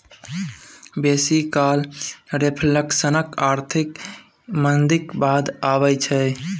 बेसी काल रिफ्लेशनक स्थिति आर्थिक मंदीक बाद अबै छै